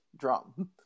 drum